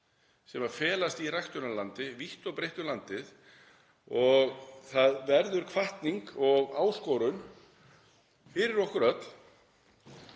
sem felast í ræktunarlandi vítt og breitt um landið og það verður hvatning og áskorun fyrir okkur öll